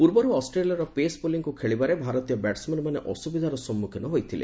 ପୂର୍ବରୁ ଅଷ୍ଟ୍ରେଲିଆର ପେସ୍ ବୋଲିଂକୁ ଖେଳିବାରେ ଭାରତୀୟ ବ୍ୟାଟସ୍ମ୍ୟାନ୍ମାନେ ଅସୁବିଧାର ସମ୍ମୁଖୀନ ହୋଇଥିଲେ